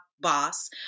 boss